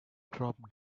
dropped